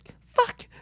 Fuck